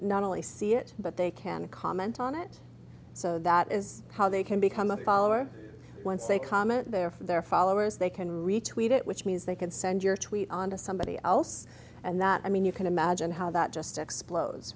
not only see it but they can comment on it so that is how they can become a follower once they comment there for their followers they can reach wade it which means they can send your tweet on to somebody else and that i mean you can imagine how that just explodes